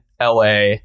LA